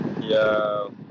Yo